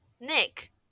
Nick